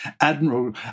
admiral